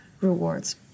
rewards